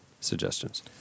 suggestions